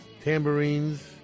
tambourines